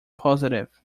positive